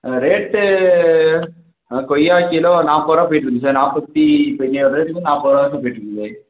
rate கொய்யாக் kilo நாற்பது ருவா போய்கிட்ருக்கு சார் நாற்பத்தி இப்போ இன்னையோடு ரேட்டுக்கு நாற்பது ரூவா தான் சார் போய்கிட்ருக்குது